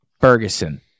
Ferguson